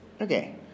Okay